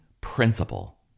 principle